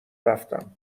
رفتم